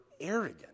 arrogant